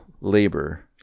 labor